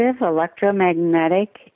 electromagnetic